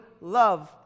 love